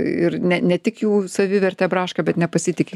ir ne ne tik jų savivertė braška bet nepasitiki